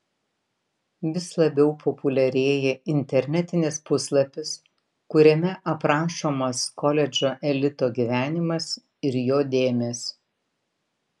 vis labiau populiarėja internetinis puslapis kuriame aprašomas koledžo elito gyvenimas ir jo dėmės